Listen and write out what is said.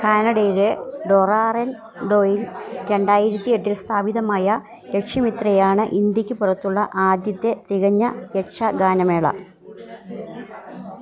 കാനഡയിലെ ടൊറാറൻടോയിൽ രണ്ടായിരത്തി എട്ടിൽ സ്ഥാപിതമായ യക്ഷി മിത്രയാണ് ഇന്ത്യയ്ക്ക് പുറത്തുള്ള ആദ്യത്തെ തികഞ്ഞ യക്ഷഗാനമേള